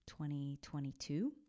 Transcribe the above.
2022